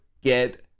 get